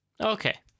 Okay